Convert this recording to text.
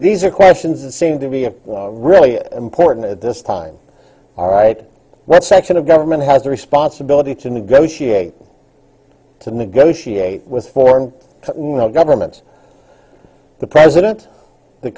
these are questions that seem to be really important at this time all right what section of government has the responsibility to negotiate to negotiate with foreign governments the president the